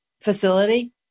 facility